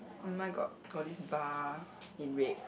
then mine got got this bar in red